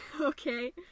okay